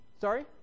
Sorry